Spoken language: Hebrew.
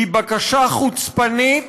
היא בקשה חוצפנית,